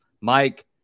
Mike